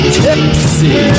tipsy